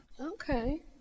Okay